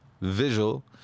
visual